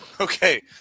Okay